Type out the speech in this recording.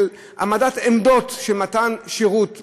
של העמדת עמדות של מתן שירות,